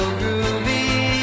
groovy